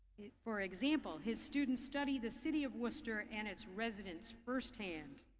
for example, his students study the city of worcester and its residents first hand.